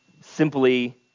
simply